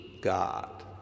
God